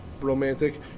romantic